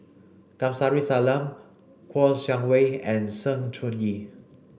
Kamsari Salam Kouo Shang Wei and Sng Choon Yee